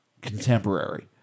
contemporary